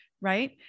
Right